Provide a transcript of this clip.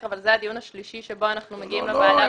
אבל זה הדיון השלישי בו אנחנו מגיעים לוועדה.